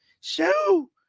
Show